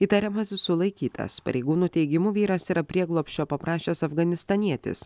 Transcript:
įtariamasis sulaikytas pareigūnų teigimu vyras yra prieglobsčio paprašęs afganistanietis